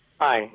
Hi